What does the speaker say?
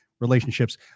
Relationships